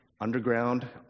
Underground